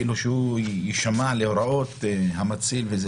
שאדם יישמע להוראות המציל.